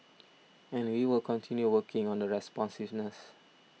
and we will continue working on the responsiveness